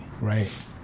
right